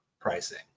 pricing